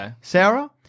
Sarah